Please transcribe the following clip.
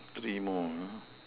three more uh